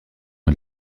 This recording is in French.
est